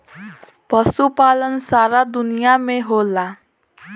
पशुपालन सारा दुनिया में होला